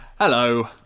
Hello